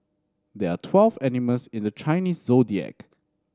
there are twelve animals in the Chinese Zodiac